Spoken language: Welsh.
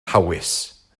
hawys